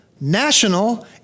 national